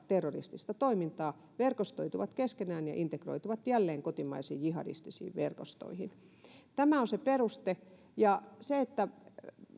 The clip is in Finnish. terroristista toimintaa verkostoituvat keskenään ja integroituvat jälleen kotimaisiin jihadistisiin verkostoihin tämä on se peruste ja se että